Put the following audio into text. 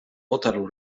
potarł